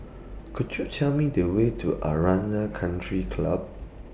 Could YOU Tell Me The Way to Aranda Country Club